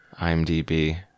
IMDb